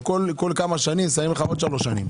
וכל כמה שנים שמים לך עוד 3 שנים.